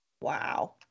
Wow